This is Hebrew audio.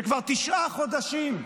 שכבר תשעה חודשים,